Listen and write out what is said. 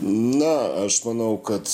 na aš manau kad